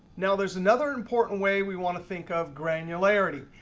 now, there's another important way we want to think of granularity.